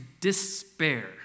despair